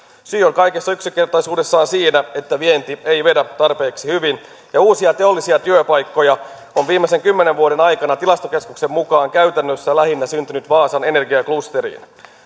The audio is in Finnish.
syy on kaikessa yksinkertaisuudessaan siinä että vienti ei vedä tarpeeksi hyvin ja uusia teollisia työpaikkoja on viimeisen kymmenen vuoden aikana tilastokeskuksen mukaan käytännössä syntynyt lähinnä vaasan energiaklusteriin